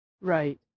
Right